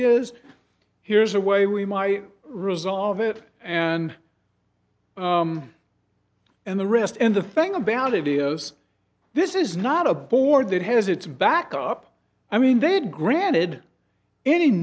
is here's a way we might resolve it and and the rest and the thing about it is this is not a board that has its backup i mean they had granted any